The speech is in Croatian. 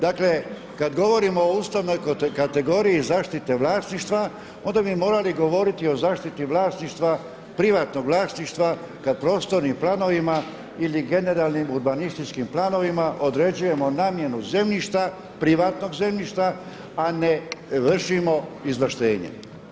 Dakle, kad govorimo o ustavnoj kategoriji zaštite vlasništva, onda bi morali govoriti o zaštiti vlasništva, privatnog vlasništva kad prostornim planovima ili generalnim urbanističkim planovima određujemo namjenu zemljišta, privatnog zemljišta, a ne vršimo izvlaštenje.